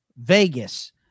Vegas